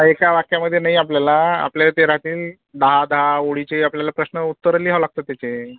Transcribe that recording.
एका वाक्यामध्ये नाही आपल्याला आपल्याला ते राहतील दहा दहा ओळीचे आपल्याला प्रश्न उत्तरं लिहावं लागतात त्याचे